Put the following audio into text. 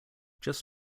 just